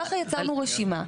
כך יצרנו רשימה,